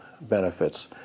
benefits